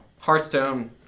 Hearthstone